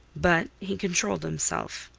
but he controlled himself.